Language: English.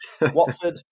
Watford